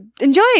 enjoy